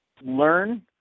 learn